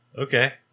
Okay